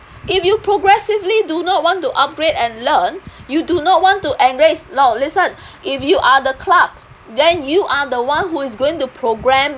if you progressively do not want to upgrade and learn you do not want to embrace no listen if you are the clerk then you are the one who is going to program